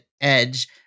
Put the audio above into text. Edge